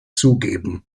zugeben